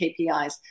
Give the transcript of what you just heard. KPIs